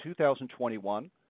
2021